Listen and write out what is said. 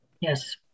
Yes